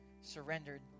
surrendered